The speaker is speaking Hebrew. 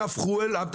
תהפכו אליו,